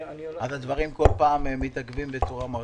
הדברים כל פעם מתעכבים בצורה מהותית.